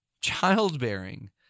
childbearing